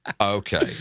Okay